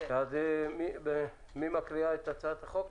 מי מקריאה את הצעת החוק?